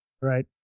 Right